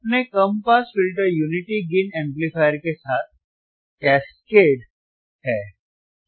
तो अपने कम pass filter unity gain amplifier के साथ कास्केडेड व्यापक है